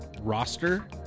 roster